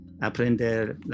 aprender